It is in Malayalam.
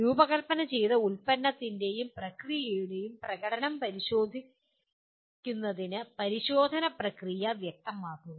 രൂപകൽപ്പന ചെയ്ത ഉൽപ്പന്നത്തിന്റെയും പ്രക്രിയയുടെയും പ്രകടനം പരിശോധിക്കുന്നതിന് പരിശോധന പ്രക്രിയ വ്യക്തമാക്കുക